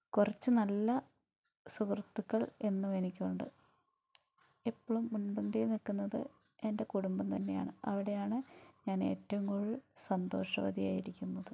കുറച്ച് നല്ല സുഹൃത്തുക്കൾ എന്നും എനിക്കൊണ്ട് എപ്പളും മുമ്പന്തിയിൽ നിൽക്കുന്നത് എൻ്റെ കുടുംബം തന്നെ ആണ് അവിടെ ആണ് ഞാൻ ഏറ്റവും കൂടുതൽ സന്തോഷവതി ആയിരിക്കുന്നത്